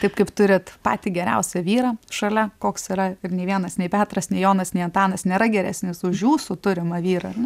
taip kaip turit patį geriausią vyrą šalia koks yra ir nė vienas nei petras nei jonas nei antanas nėra geresnis už jūsų turimą vyrą